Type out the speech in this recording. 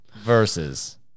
versus